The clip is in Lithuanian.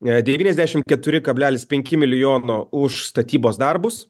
devyniasdešim keturi kablelis penki milijono už statybos darbus